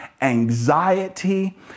anxiety